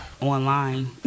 Online